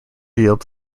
yelled